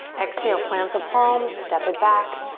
exhale, plant the palms, step it back.